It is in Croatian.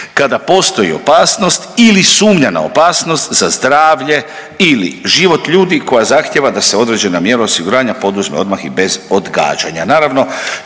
kada postoji opasnost ili sumnja na opasnost za zdravlje ili život ljudi koja zahtijeva da se određena mjera osiguranja poduzme odmah i bez odgađanja.